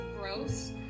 gross